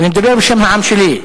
אני מדבר בשם העם שלי.